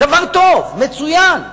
דבר טוב, מצוין.